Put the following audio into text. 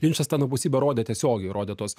linčas tą anapusybę rodė tiesiogiai rodė tuos